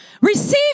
receive